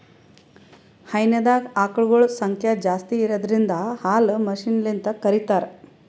ಹೈನಾದಾಗ್ ಆಕಳಗೊಳ್ ಸಂಖ್ಯಾ ಜಾಸ್ತಿ ಇರದ್ರಿನ್ದ ಹಾಲ್ ಮಷಿನ್ಲಿಂತ್ ಕರಿತಾರ್